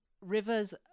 River's